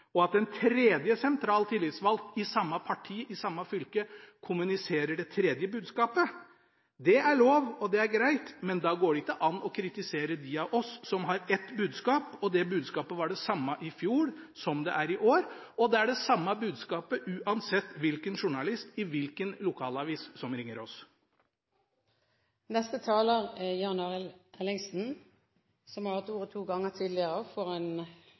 og at en tredje sentralt tillitsvalgt i samme parti i samme fylke kommuniserer det tredje budskapet. Det er lov, og det er greit, men da går det ikke an å kritisere de av oss som har ett budskap, og det budskapet var det samme i fjor som det er i år, og det er det samme budskapet uansett hvilken journalist i hvilken lokalavis som ringer oss. Representanten Jan Arild Ellingsen har hatt ordet to ganger tidligere og får ordet til en